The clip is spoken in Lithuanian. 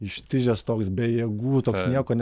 ištižęs toks be jėgų toks nieko